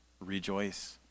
Rejoice